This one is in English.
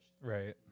Right